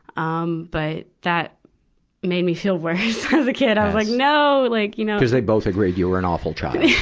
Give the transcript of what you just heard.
um but that made me feel worse as a kid. i was like, no! like you know cuz they both agreed you were an awful child.